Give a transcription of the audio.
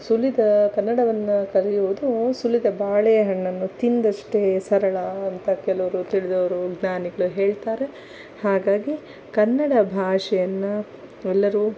ಸುಲಿದ ಕನ್ನಡವನ್ನು ಕಲಿಯೋದು ಸುಲಿದ ಬಾಳೆಯ ಹಣ್ಣನ್ನು ತಿಂದಷ್ಟೇ ಸರಳ ಅಂತ ಕೆಲವರು ತಿಳಿದವರು ಜ್ಞಾನಿಗಳು ಹೇಳ್ತಾರೆ ಹಾಗಾಗಿ ಕನ್ನಡ ಭಾಷೆಯನ್ನು ಎಲ್ಲರೂ